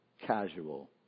casual